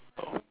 oh